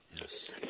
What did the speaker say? Yes